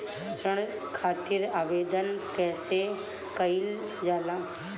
ऋण खातिर आवेदन कैसे कयील जाला?